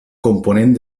component